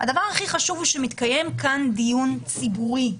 דיון ציבורי,